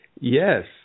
Yes